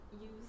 use